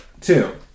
Two